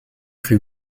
rue